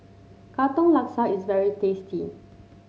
Katong Laksa is very tasty